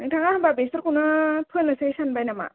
नोंथाङा होमबा बेसरखौनो फोनोसै सानबाय नामा